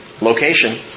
location